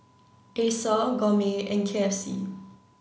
Acer Gourmet and K F C